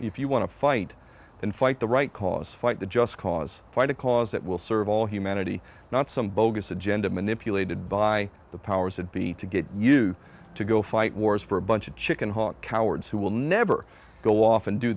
if you want to fight and fight the right cause fight the just cause fight a cause that will serve all humanity not some bogus agenda manipulated by the powers that be to get you to go fight wars for a bunch of chickenhawk cowards who will never go off and do